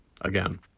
again